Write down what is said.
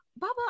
Baba